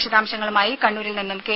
വിശദാംശങ്ങളുമായി കണ്ണൂരിൽ നിന്നും കെ